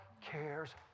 cares